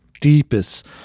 deepest